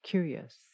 Curious